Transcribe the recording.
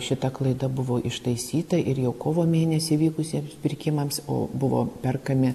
šita klaida buvo ištaisyta ir jau kovo mėnesį vykusiem pirkimams o buvo perkami